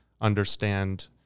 understand